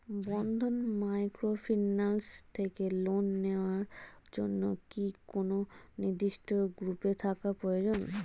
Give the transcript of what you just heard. বন্ধন microfinance থেকে loan নেওয়ার জন্য কি কোন নির্দিষ্ট গ্রুপে থাকা প্রয়োজন?